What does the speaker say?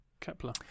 Kepler